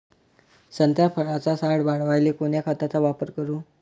संत्रा फळाचा सार वाढवायले कोन्या खताचा वापर करू?